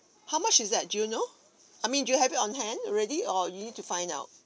how much is that do you know I mean do you have it on hand already or you need to find out